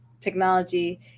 technology